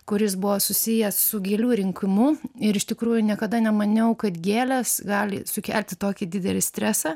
kuris buvo susijęs su gėlių rinkimu ir iš tikrųjų niekada nemaniau kad gėlės gali sukelti tokį didelį stresą